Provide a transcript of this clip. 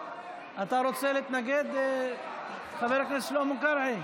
אתה רוצה להתנגד, חבר הכנסת שלמה קרעי?